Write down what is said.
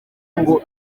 ngo